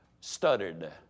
stuttered